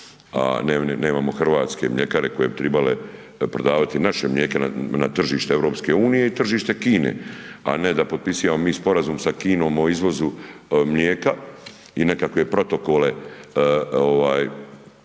nemamo hrvatske mljekare koje bi tribale prodavati naša mlijeka na tržište Europske unije i tržište Kine, a na da potpisivamo mi sporazum sa Kinom o izvozu mlijeka, i nekakve protokole,